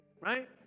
right